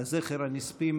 לזכר הנספים